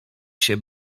się